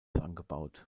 angebaut